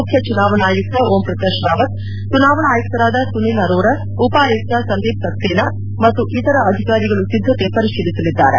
ಮುಖ್ಯ ಚುನಾವಣಾ ಆಯುಕ್ತ ಓಂ ಪ್ರಕಾಶ್ ರಾವತ್ ಚುನಾವಣಾ ಆಯುಕ್ತರಾದ ಸುನಿಲ್ ಅರೋರಾ ಉಪ ಅಯುಕ್ತ ಸಂದೀಪ್ ಸಕ್ಲೇನಾ ಮತ್ತು ಇತರ ಅಧಿಕಾರಿಗಳು ಸಿದ್ದತೆ ಪರಿಶೀಲಿಸಲಿದ್ದಾರೆ